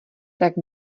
tak